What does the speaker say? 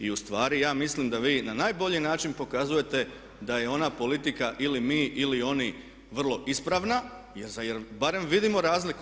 Ustvari ja mislim da vi na najbolji način pokazujete da je ona politika ili mi ili oni vrlo ispravna jer barem vidimo razliku.